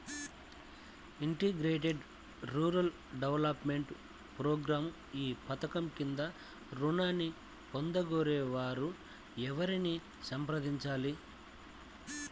Integrated rural development program ఈ పధకం క్రింద ఋణాన్ని పొందగోరే వారు ఎవరిని సంప్రదించాలి?